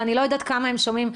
ואני לא יודעת כמה הם שומעים,